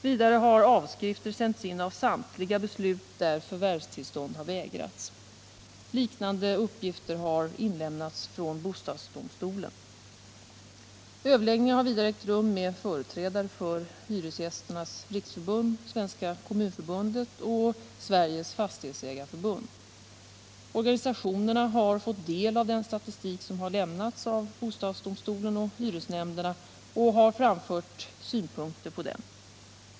Vidare har avskrifter sänts in av samtliga beslut där förvärvstillstånd har vägrats. Liknande uppgifter har inhämtats från bostadsdomstolen. Överläggningar har vidare ägt rum med företrädare för Hyresgästernas riksförbund, Svenska kommunförbundet och Sveriges fastighetsägareförbund. Organisationerna har fått del av den statistik som lämnats av bostädsdomstolen och hyresnämnderna och har framfört synpunkter på den.